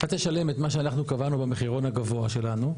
אתה תשלם את מה שאנחנו קבענו במחירון הגבוה שלנו.